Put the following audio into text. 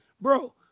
bro